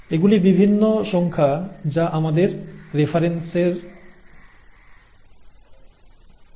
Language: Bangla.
এগুলি বিভিন্ন সংখ্যা যা আমাদের রেফারেন্সের জন্য দেওয়া হয়